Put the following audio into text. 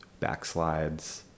Backslides